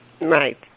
Right